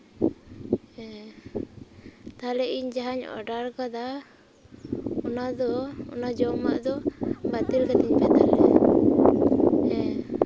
ᱦᱮᱸ ᱛᱟᱦᱚᱞᱮ ᱤᱧ ᱡᱟᱦᱟᱧ ᱚᱰᱟᱨ ᱟᱠᱟᱫᱟ ᱚᱱᱟ ᱫᱚ ᱚᱱᱟ ᱡᱚᱟᱜ ᱫᱚ ᱵᱟ ᱛᱤᱞ ᱠᱟ ᱛᱤᱧ ᱯᱮ ᱛᱟᱦᱚᱞᱮ ᱦᱮᱸ